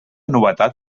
novetat